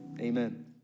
Amen